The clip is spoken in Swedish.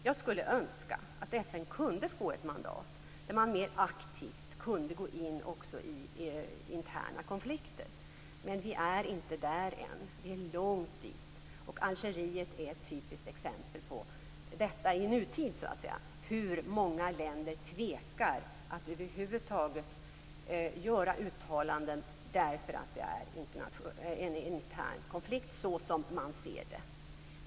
Jag skulle önska att FN kunde få ett mandat för att mer aktivt kunna gå in också i interna konflikter. Men vi är inte där än - det är långt dit. Algeriet är ett typiskt exempel på detta i nutid, på hur många länder tvekar att över huvud taget göra uttalanden, eftersom man ser det som att det rör en intern konflikt.